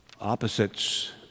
opposites